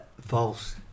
False